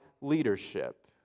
leadership